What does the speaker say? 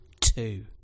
Two